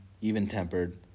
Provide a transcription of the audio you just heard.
even-tempered